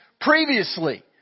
previously